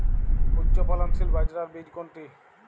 উচ্চফলনশীল বাজরার বীজ কোনটি?